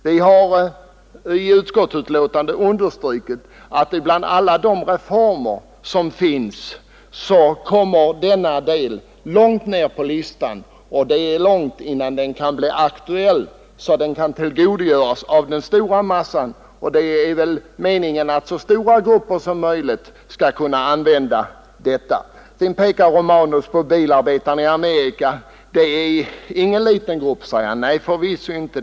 Vi har i utskottets betänkande understrukit att av de reformer som är önskvärda kommer den som här föreslagits långt ner på önskelistan. Det dröjer länge innan den reformen kan bli aktuell, så att den stora massan kan tillgodogöra sig densamma — och det är väl meningen att också stora grupper skall få glädje av den? Slutligen pekade herr Romanus på bilarbetarna i Amerika och sade att det är ingen liten grupp. Nej, förvisso inte.